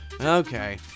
okay